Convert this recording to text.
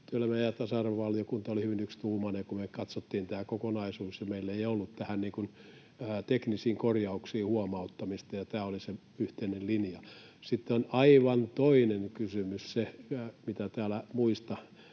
ja tasa-arvovaliokunta oli hyvin yksituumainen, kun me katsottiin tämä kokonaisuus. Meillä ei ollut näihin teknisiin korjauksiin huomauttamista, ja tämä oli se yhteinen linja. Sitten on aivan toinen kysymys se, mitä täällä muista